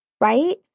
right